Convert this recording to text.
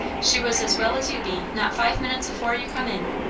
she was as well as you be, not five minutes afore you come in.